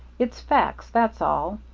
it's facts, that's all.